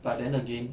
but then again